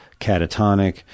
catatonic